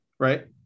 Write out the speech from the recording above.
Right